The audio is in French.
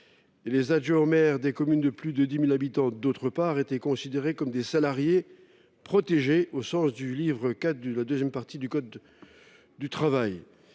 d’autre part, des communes de plus de 10 000 habitants étaient « considérés comme des salariés protégés au sens du livre IV de la deuxième partie du code du travail